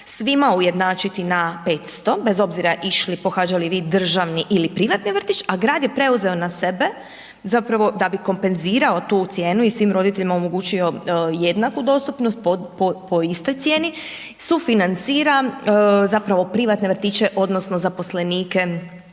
svima ujednačiti na 500 bez obzira išli, pohađali vi državni ili privatni vrtić a grad je preuzeo na sebe, zapravo da bi kompenzirao tu cijenu i svim roditeljima omogućio jednaku dostupnost po istoj cijeni, sufinanciran, zapravo privatne vrtiće, odnosno zaposlenike i